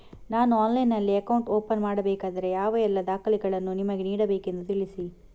ನಾನು ಆನ್ಲೈನ್ನಲ್ಲಿ account open ಮಾಡಬೇಕಾದರೆ ಯಾವ ಎಲ್ಲ ದಾಖಲೆಗಳನ್ನು ನಿಮಗೆ ನೀಡಬೇಕೆಂದು ತಿಳಿಸಿ?